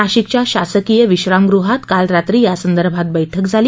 नाशिकच्या शासकीय विश्रामगृहात काल रात्री यासंदर्भात बैठक झाली